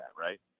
right